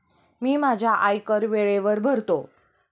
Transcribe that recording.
मी माझा आयकर वेळेवर भरतो